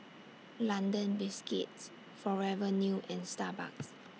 London Biscuits Forever New and Starbucks